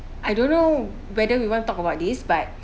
I don't know whether we want to talk about this but